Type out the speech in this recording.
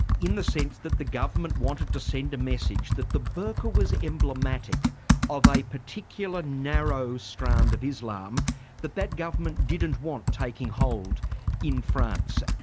in the sense that the government wanted to send a message that the burqa was emblematic of a particular narrow strand of islam that that government didn't want taking hold in france.